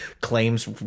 claims